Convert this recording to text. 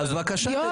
בבקשה.